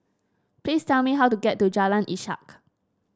please tell me how to get to Jalan Ishak